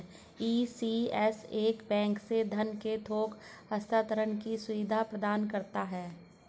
ECS एक bank से धन के थोक हस्तांतरण की सुविधा प्रदान करता है